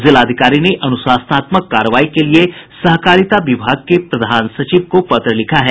जिलाधिकारी ने अनुशासनात्मक कार्रवाई के लिये सहकारिता विभाग के प्रधान सचिव को पत्र लिखा है